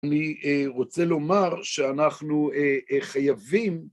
אני רוצה לומר שאנחנו חייבים